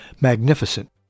magnificent